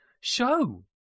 show